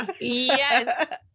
Yes